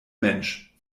mensch